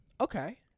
Okay